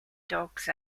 dogs